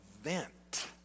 event